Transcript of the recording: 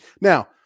Now